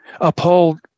uphold